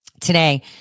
today